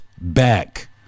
back